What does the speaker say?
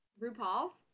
RuPaul's